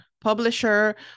publisher